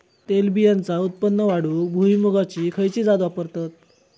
तेलबियांचा उत्पन्न वाढवूक भुईमूगाची खयची जात वापरतत?